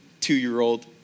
two-year-old